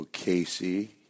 Casey